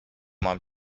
mam